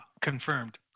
confirmed